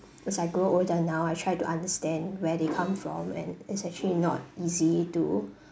as I grow older now I try to understand where they come from and it's actually not easy to